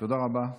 תודה רבה.